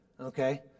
okay